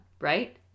right